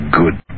good